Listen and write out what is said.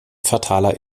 fataler